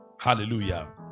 Hallelujah